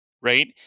right